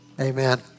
Amen